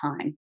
time